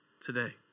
today